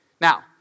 Now